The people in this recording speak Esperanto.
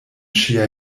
ŝia